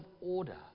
order